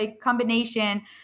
combination